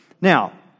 Now